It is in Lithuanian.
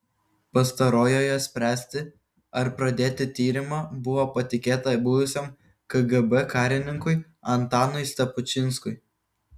pastarojoje spręsti ar pradėti tyrimą buvo patikėta buvusiam kgb karininkui antanui stepučinskui